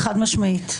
חד משמעית.